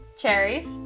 cherries